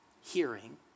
Hearing